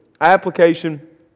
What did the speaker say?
application